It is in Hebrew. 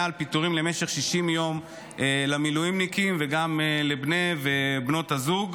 מפיטורים למשך 60 יום למילואימניקים וגם לבני ובנות הזוג.